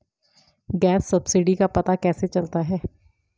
Gas subsidy का पता कैसे चलता है?